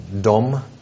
dom